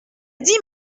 dit